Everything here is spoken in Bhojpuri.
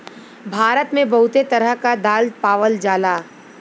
भारत मे बहुते तरह क दाल पावल जाला